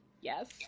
Yes